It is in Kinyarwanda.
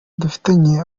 dufitanye